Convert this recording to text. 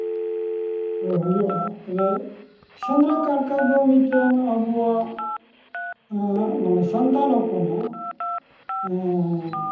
ᱦᱩᱭᱩᱜᱼᱟ ᱛᱚᱵᱮ ᱥᱮᱸᱫᱽᱨᱟᱼᱠᱟᱨᱟ ᱫᱚ ᱢᱤᱫᱴᱮᱱ ᱟᱵᱚᱣᱟᱜ ᱢᱟᱱᱮ ᱥᱟᱱᱛᱟᱲ ᱦᱚᱯᱚᱱᱟᱜ